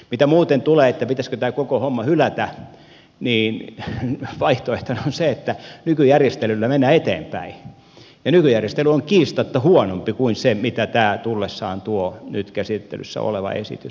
mitä muuten tulee siihen pitäisikö tämä koko homma hylätä niin vaihtoehtona on se että nykyjärjestelyllä mennään eteenpäin ja nykyjärjestely on kiistatta huonompi kuin se mitä tämä tullessaan tuo nyt käsittelyssä oleva esitys